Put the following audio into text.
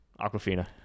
Aquafina